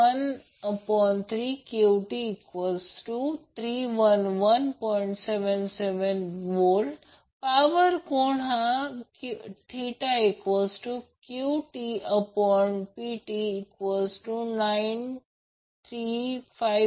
77VAR power कोन हा QTPT 935